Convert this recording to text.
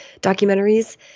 documentaries